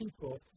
people